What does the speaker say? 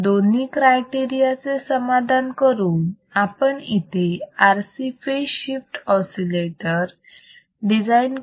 म्हणूनच दोन्ही क्रायटेरिया चे समाधान करून आपण इथे RC phase shift oscillator design करायला शिकलो आहोत